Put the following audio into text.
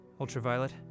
Ultraviolet